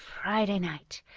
friday night.